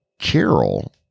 Carol